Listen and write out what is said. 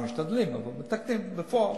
גם משתדלים, אבל מתקנים בפועל.